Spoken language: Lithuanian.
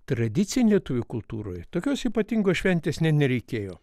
tradicinį lietuvių kultūroje tokios ypatingos šventės nė nereikėjo